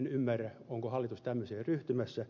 en ymmärrä onko hallitus tämmöiseen ryhtymässä